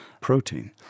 protein